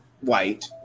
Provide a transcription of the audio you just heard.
white